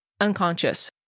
unconscious